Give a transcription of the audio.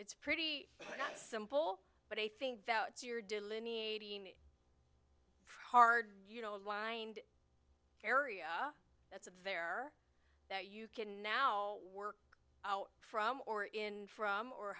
it's pretty simple but i think it's you're delineating it hard you know a wind area that's of there that you can now work out from or in from or